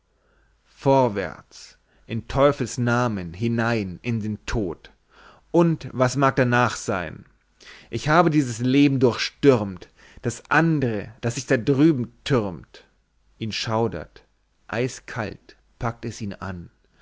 vorwärts in teufels namen hinein in den tod und was danach mag sein ich habe dieses leben durchstürmt das andre das sich da drüben thürmt ihn schaudert eiskalt packt es ihn an